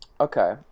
Okay